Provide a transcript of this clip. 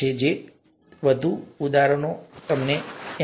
ચાલો હું તમને વધુ એક ઉદાહરણ આપું